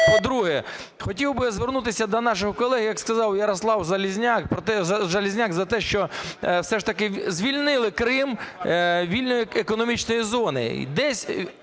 По-друге, хотів би звернутися до наших колег, як сказав Ярослав Железняк, за те, що все ж таки звільнили Крим від вільної економічної зони.